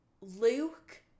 Luke